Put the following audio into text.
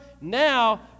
now